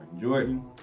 Jordan